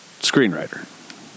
screenwriter